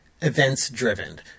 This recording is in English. events-driven